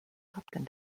kapten